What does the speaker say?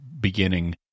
beginning